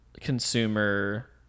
consumer